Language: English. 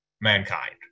mankind